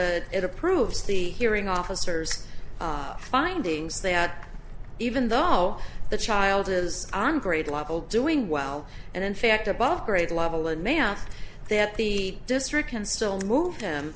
s it approves the hearing officers findings they are even though the child is on grade level doing well and in fact above grade level ananth that the district can still move them